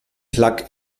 plug